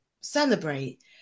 celebrate